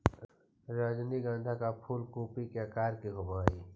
रजनीगंधा का फूल कूपी के आकार के होवे हई